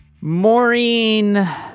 Maureen